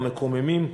המקוממים,